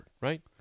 right